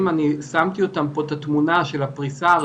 לקח זמן ללמוד את תהליך השימוש שלה,